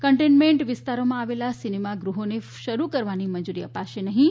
containment વિસ્તારોમાં આવેલા સિનેમાગૃહોને શરૂ કરવાની મંજૂરી અપાશે નહીં